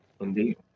Indeed